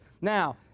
Now